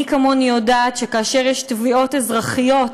מי כמוני יודעת שכאשר יש תביעות אזרחיות,